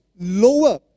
lower